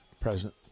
present